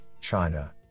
China